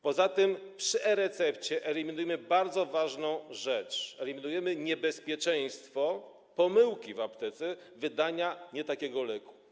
Poza tym przy e-recepcie eliminujemy bardzo ważną rzecz - eliminujemy niebezpieczeństwo pomyłki w aptece, wydania nie takiego leku.